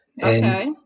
Okay